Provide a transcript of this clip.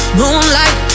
moonlight